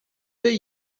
they